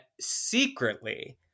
secretly